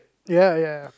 ya ya